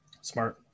smart